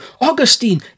Augustine